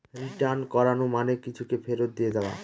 return করানো মানে কিছুকে ফেরত দিয়ে দেওয়া